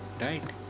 right